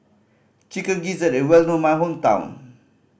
Chicken Gizzard is well known in my hometown